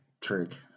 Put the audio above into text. trick